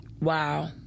Wow